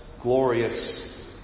glorious